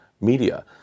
media